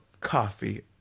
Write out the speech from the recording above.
coffee